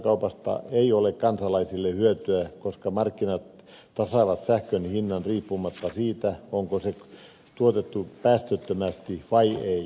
päästökaupasta ei ole kansalaisille hyötyä koska markkinat tasaavat sähkön hinnan riippumatta siitä onko sähkö tuotettu päästöttömästi vai ei